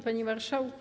Panie Marszałku!